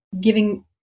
giving